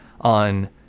on